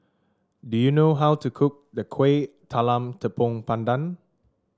do you know how to cook Kueh Talam Tepong Pandan